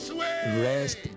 rest